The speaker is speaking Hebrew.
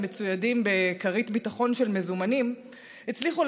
מצוידים בכרית ביטחון של מזומנים הצליחו,